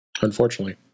Unfortunately